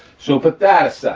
so put that aside.